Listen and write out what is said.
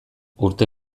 urte